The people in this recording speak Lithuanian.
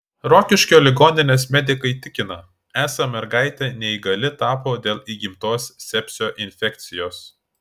rokiškio ligoninės medikai tikina esą mergaitė neįgali tapo dėl įgimtos sepsio infekcijos